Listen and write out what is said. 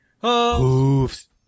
Hooves